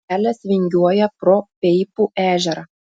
kelias vingiuoja pro peipų ežerą